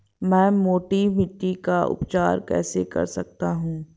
मैं मोटी मिट्टी का उपचार कैसे कर सकता हूँ?